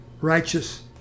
righteous